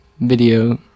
video